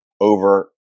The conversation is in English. over